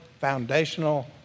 foundational